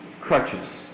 Crutches